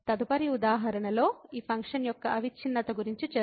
తదుపరి ఉదాహరణలో ఈ ఫంక్షన్ యొక్క అవిచ్ఛిన్నత గురించి చర్చిస్తాము